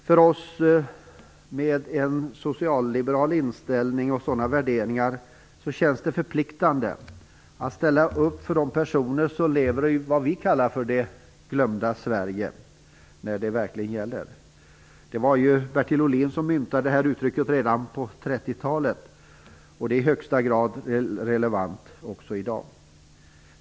För oss med en socialliberal inställning och med socialliberala värderingar känns det förpliktande att ställa upp för de personer som lever i, vad vi kallar för, det glömda Sverige när det verkligen gäller. Det var ju Bertil Ohlin som myntade detta uttryck redan på 30-talet, och det är i högsta grad relevant också i dag.